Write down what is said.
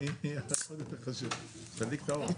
רוצה לחדש את הישיבה.